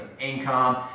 income